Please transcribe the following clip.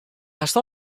hast